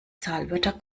zahlwörter